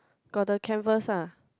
got the canvas ah